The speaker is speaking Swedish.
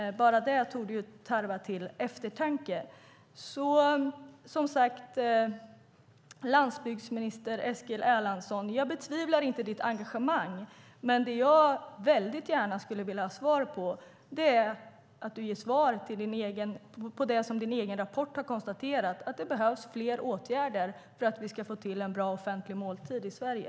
Bara det torde tarva till eftertanke. Som sagt: Jag betvivlar inte ditt engagemang, landsbygdsminister Eskil Erlandsson, men det jag väldigt gärna skulle vilja är att du ger svar på det din egen rapport har konstaterat - att det behövs fler åtgärder för att vi ska få till en bra offentlig måltid i Sverige.